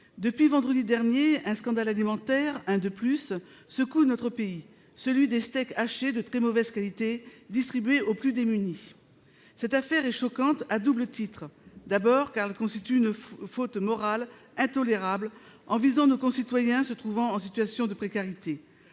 depuis vendredi dernier, un scandale alimentaire- un de plus -secoue notre pays : celui des steaks hachés de très mauvaise qualité distribués aux plus démunis. Cette affaire est choquante à double titre. D'abord, car elle constitue une faute morale intolérable, en visant nos concitoyens se trouvant en situation de précarité.